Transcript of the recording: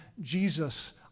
Jesus